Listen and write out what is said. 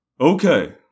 Okay